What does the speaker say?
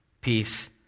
Peace